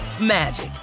magic